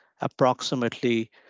approximately